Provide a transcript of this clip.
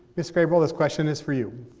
miss grey bull, this question is for you.